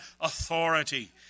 authority